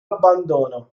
abbandono